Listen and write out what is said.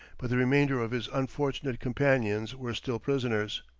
but the remainder of his unfortunate companions were still prisoners,